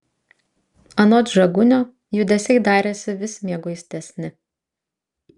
anot žagunio judesiai darėsi vis mieguistesni